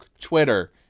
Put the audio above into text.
Twitter